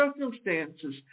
circumstances